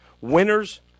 Winners